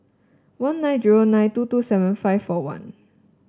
one nine zero nine two two seven five four one